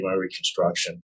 reconstruction